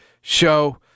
show